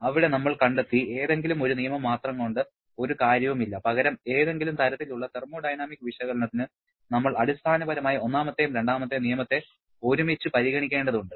അവിടെ നമ്മൾ കണ്ടെത്തി ഏതെങ്കിലും ഒരു നിയമം മാത്രം കൊണ്ട് ഒരു കാര്യവും ഇല്ല പകരം ഏതെങ്കിലും തരത്തിലുള്ള തെർമോഡൈനാമിക് വിശകലനത്തിന് നമ്മൾ അടിസ്ഥാനപരമായി ഒന്നാമത്തെയും രണ്ടാമത്തെയും നിയമത്തെ ഒരുമിച്ച് പരിഗണിക്കേണ്ടതുണ്ട്